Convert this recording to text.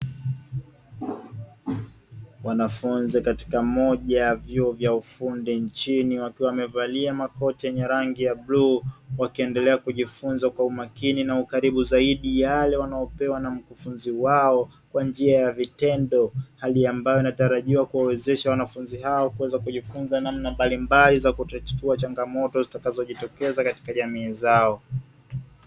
Wanafunzi katika moja ya vyuo vya ufundi nchini wakiwa wamevalia makoti yenye rangi ya bluu, wakiendelea kujifunza kwa umakini na ukaribu zaidi yale wanayopewa na mkufunzi wao kwa njia ya vitendo, hali ambayo inatarajiwa kuwawezesha wanafunzi hao kuweza kujifunza namna mbalimbali za kutatua changamoto zitakazojitokeza katika jamii zao.